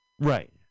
Right